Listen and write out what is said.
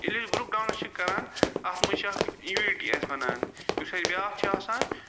ییٚلہِ أسۍ group dance چھِ کَران اَتھ منٛز چھِ اَکھ یونِٹی اسہِ بنان یۄس اسہِ بیٛاکھ چھِ آسان